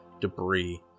debris